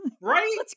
Right